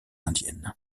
indiennes